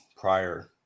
prior